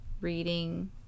reading